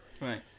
Right